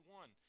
one